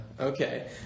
Okay